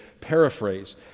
paraphrase